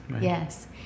yes